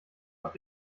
auch